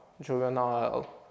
Juvenile